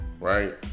right